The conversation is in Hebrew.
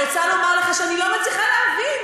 אני רוצה לומר לך שאני לא מצליחה להבין